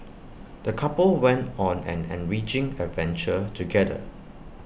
the couple went on an enriching adventure together